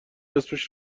اسمش